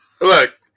look